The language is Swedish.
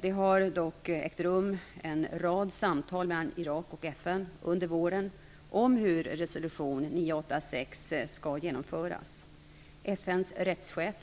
Det har dock ägt rum en rad samtal mellan Irak och FN under våren om hur resolution 986 skall genomföras. FN:s rättschef